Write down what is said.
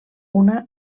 una